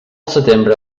setembre